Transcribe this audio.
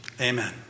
Amen